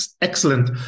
excellent